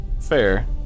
Fair